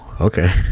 okay